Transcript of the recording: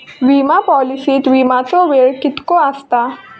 विमा पॉलिसीत विमाचो वेळ कीतको आसता?